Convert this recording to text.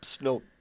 no